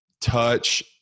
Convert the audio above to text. touch